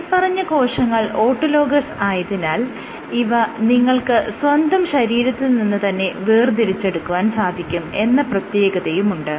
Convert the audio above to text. മേല്പറഞ്ഞ കോശങ്ങൾ ഓട്ടോലോഗസ് ആയതിനാൽ ഇവ നിങ്ങൾക്ക് സ്വന്തം ശരീരത്തിൽ നിന്ന് തന്നെ വേർതിരിച്ചെടുക്കുവാൻ സാധിക്കും എന്ന പ്രത്യേകതയുമുണ്ട്